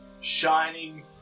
shining